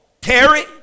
Terry